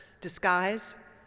disguise